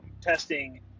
testing